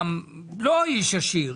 לא איש עשיר,